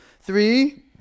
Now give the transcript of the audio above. Three